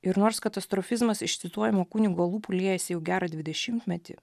ir nors katastrofizmas iš cituojamo kunigo lūpų liejasi jau gerą dvidešimtmetį